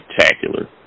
spectacular